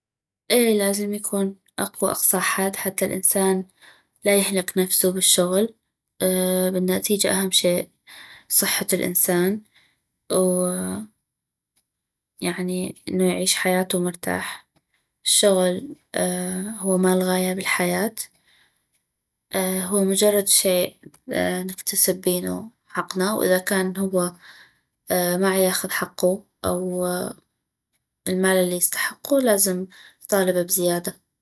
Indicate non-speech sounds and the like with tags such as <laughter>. اي لازم يكون اقوى اقصى حد حتى الانسان لا يهلك نفسو بالشغل بالنتيجة اهم شي صحة الانسان <hesitation> ويعني انو يعيش حياتو مرتاح الشغل <hesitation> هو ما الغاية بالحياة هو مجرد شي نكتسب بينو حقنا واذا كان هو <hesitation> ما عياخذ حقو <hesitation> او المال اليستحقو لازم يطالب بزيادة